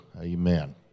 Amen